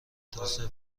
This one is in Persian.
توسعه